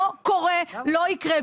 לא קורה, לא יקרה.